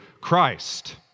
Christ